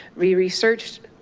we researched,